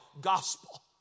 gospel